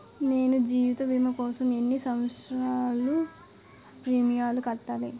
నేను జీవిత భీమా కోసం ఎన్ని సంవత్సారాలు ప్రీమియంలు కట్టాలి?